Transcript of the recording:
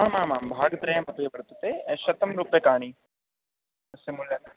आम् आम् आम् भारत वर्तते शतं रूप्यकाणि तस्य मूल्यं